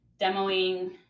demoing